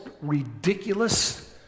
ridiculous